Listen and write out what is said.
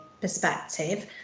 perspective